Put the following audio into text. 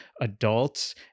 adults